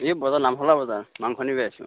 এই বজাৰ নামশলা বজাৰ মাংস নিবা আহিছোঁ